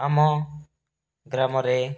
ଆମ ଗ୍ରାମରେ